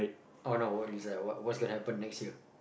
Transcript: oh no what is like what what's going to happen next year